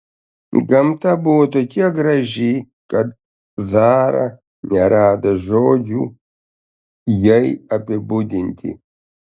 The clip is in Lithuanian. gamta buvo tokia graži kad zara nerado žodžių jai apibūdinti